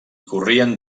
corrien